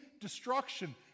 destruction